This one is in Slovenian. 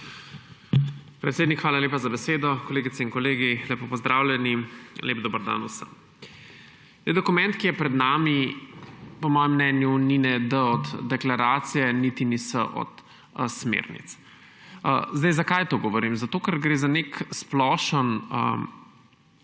Predsednik, hvala lepa za besedo. Kolegice in kolegi, lepo pozdravljeni! Lep dober dan vsem! Dokument, ki je pred nami, po mojem mnenju ni niti D od deklaracije niti ni S od smernic. Zakaj to govorim? Zato ker gre za splošen